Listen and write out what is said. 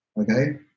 okay